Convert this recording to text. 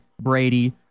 Brady